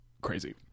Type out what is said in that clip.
crazy